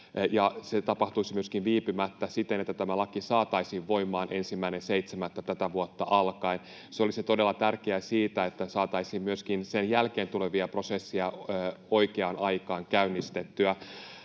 se tapahtuisi myöskin viipymättä siten, että tämä laki saataisiin voimaan alkaen 1.7. tätä vuotta. Se olisi todella tärkeää siksi, että saataisiin käynnistettyä myöskin sen jälkeen tulevia prosesseja oikeaan aikaan.